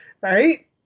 Right